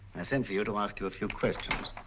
i sent for you to ask you a few questions.